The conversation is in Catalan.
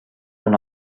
una